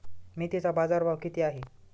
मेथीचा बाजारभाव किती आहे?